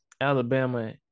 Alabama